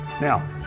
Now